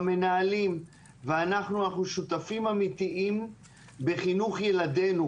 המנהלים ואנחנו שותפים אמיתיים בחינוך ילדינו,